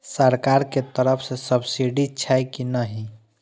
सरकार के तरफ से सब्सीडी छै कि नहिं?